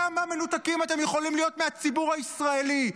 כמה מנותקים אתם יכולים להיות מהציבור הישראלי?